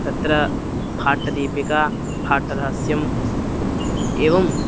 अत्र भाट्टदीपिका भाट्टहस्यम् एवं